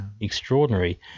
extraordinary